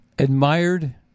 admired